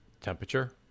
temperature